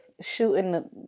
shooting